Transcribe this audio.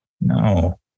no